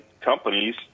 companies